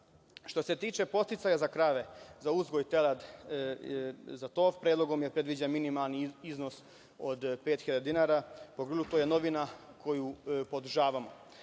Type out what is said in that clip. se tiče podsticaja za krave, za uzgoj teladi za tov, predlogom je predviđen minimalni iznos od 5.000 dinara. To je novina koju podržavamo. Vezano